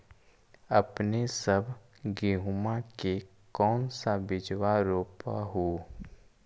अपने सब गेहुमा के कौन सा बिजबा रोप हू?